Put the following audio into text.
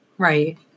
Right